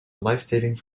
lifesaving